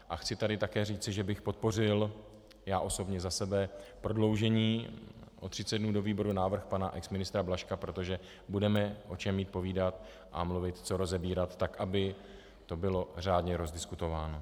A chci tady také říci, že bych podpořil, já osobně za sebe, prodloužení o 30 dnů do výboru návrh pana exministra Blažka, protože budeme o čem mít povídat a mluvit, co rozebírat tak, aby to bylo řádně rozdiskutováno.